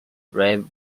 rob